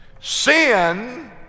Sin